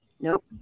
Nope